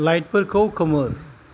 लाइटफोरखौ खोमोर